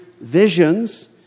visions